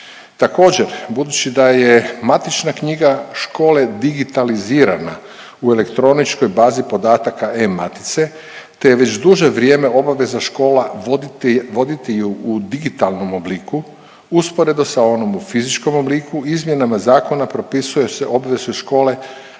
Također budući da je matična knjiga škole digitalizirana u elektroničkoj bazi podataka e-matice te je već duže vrijeme obaveza škola voditi, voditi ju i u digitalnom obliku usporedo sa onom u fizičkom obliku, izmjenama zakona propisuje se obveze škole